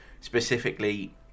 specifically